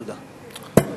תודה.